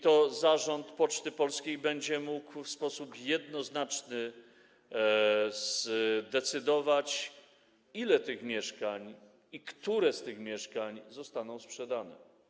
To zarząd Poczty Polskiej będzie mógł w sposób jednoznaczny zdecydować, ile tych mieszkań i które z tych mieszkań zostaną sprzedane.